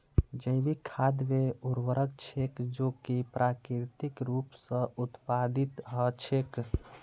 जैविक खाद वे उर्वरक छेक जो कि प्राकृतिक रूप स उत्पादित हछेक